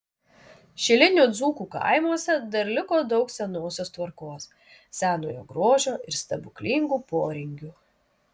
šilinių dzūkų kaimuose dar liko daug senosios tvarkos senojo grožio ir stebuklingų poringių